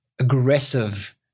aggressive